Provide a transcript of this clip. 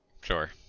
sure